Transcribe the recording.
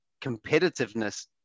competitiveness